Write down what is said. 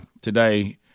today